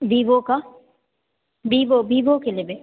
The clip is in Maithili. विवो का विवो विवो के लेबै